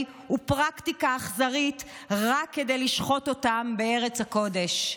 ובפרקטיקה אכזרית רק כדי לשחוט אותם בארץ הקודש.